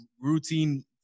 Routine